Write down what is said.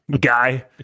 Guy